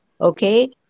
Okay